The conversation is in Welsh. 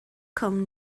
cwm